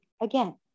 again